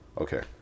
Okay